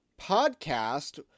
podcast